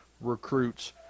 recruits